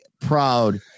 proud